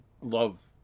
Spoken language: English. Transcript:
love